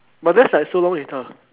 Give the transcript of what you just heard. but that's like so long later